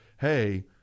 hey